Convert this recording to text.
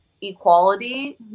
equality